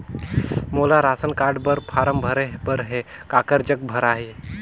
मोला ration card बर form भरे बर हे काकर जग भराही?